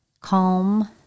calm